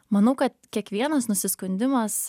manau kad kiekvienas nusiskundimas